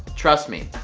trust me.